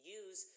use